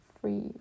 free